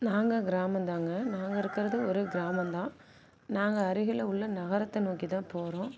நாங்கள் கிராமம்தாங்க நாங்கள் இருக்கிறது ஒரு கிராமம்தான் நாங்கள் அருகில் உள்ள நகரத்தை நோக்கி தான் போகிறோம்